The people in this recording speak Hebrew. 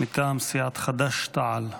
מטעם סיעת חד"ש-תע"ל.